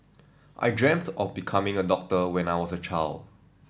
I dreamt of becoming a doctor when I was a child